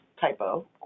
typo